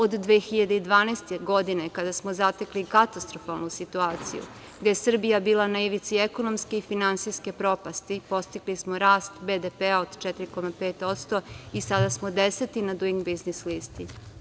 Od 2012. godine kada smo zatekli katastrofalnu situaciju, gde je Srbija bila na ivici ekonomske i finansijske propasti, postigli smo rast BDP-a od 4,5% i sada smo deseti na „Duing biznis listi“